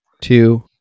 two